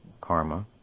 karma